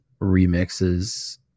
remixes